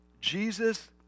Jesus